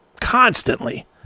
constantly